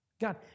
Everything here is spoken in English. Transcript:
God